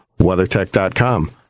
WeatherTech.com